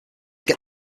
get